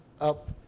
up